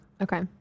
Okay